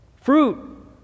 fruit